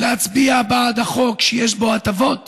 להצביע בעד חוק שיש בו הטבות